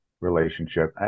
relationship